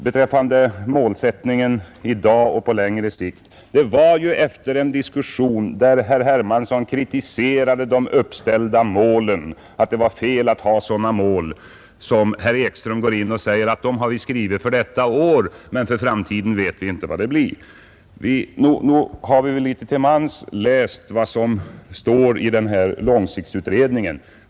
Beträffande målsättningen på längre sikt var det ju efter en diskussion, där herr Hermansson kritiserade de uppställda målen, som herr Ekström gick upp och sade att vad utskottet skrivit gällde detta år, men för närvarande vet ingen hur det blir för framtiden. Det får diskuteras när långtidsutredningen skall behandlas. Nog har vi litet var läst vad som står i långtidsutredningen.